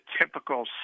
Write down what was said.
typical